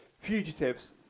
fugitives